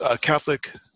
Catholic